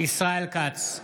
ישראל כץ,